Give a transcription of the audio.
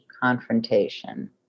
confrontation